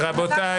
יואב רוצה